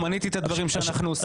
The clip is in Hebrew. מניתי את הדברים שאנחנו עושים.